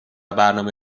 برنامه